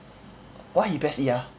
why he PES E ah